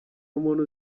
umuntu